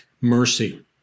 mercy